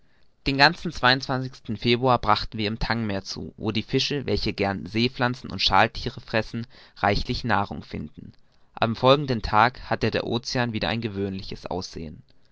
den ganzen februar brachten wir im tang meer zu wo die fische welche gerne seepflanzen und schalthiere fressen reichliche nahrung finden am folgenden tage hatte der ocean wieder ein gewöhnliches